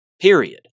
Period